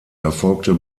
erfolgte